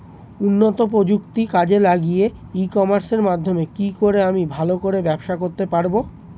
উন্নত প্রযুক্তি কাজে লাগিয়ে ই কমার্সের মাধ্যমে কি করে আমি ভালো করে ব্যবসা করতে পারব?